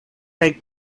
kaj